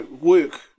work